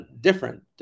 different